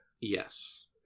Yes